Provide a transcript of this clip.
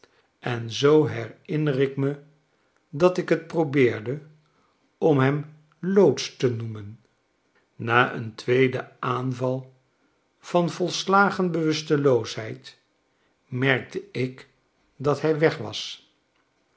en zoo herinner ik me dat ik t probeerde om hem loods tenoemen na een tweeden aanval van volslagen bewusteloosheid merkte ik dat hij weg was